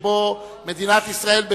שבו מדינת ישראל,